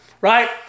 right